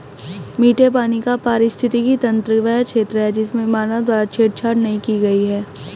मीठे पानी का पारिस्थितिकी तंत्र वह क्षेत्र है जिसमें मानव द्वारा छेड़छाड़ नहीं की गई है